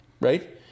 right